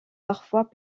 parfois